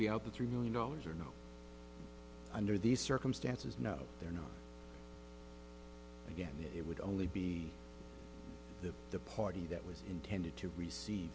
by three million dollars or no under these circumstances no there no again it would only be the party that was intended to receive